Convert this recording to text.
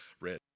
read